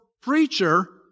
preacher